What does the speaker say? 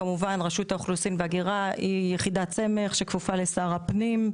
רשות האוכלוסין וההגירה היא יחידת סמך שכפופה לשר הפנים,